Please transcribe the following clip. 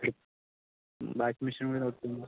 washing machine എവിടെയാണ്